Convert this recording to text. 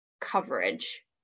coverage